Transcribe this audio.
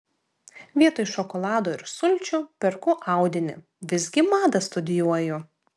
vietoj šokolado ir sulčių perku audinį visgi madą studijuoju